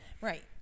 Right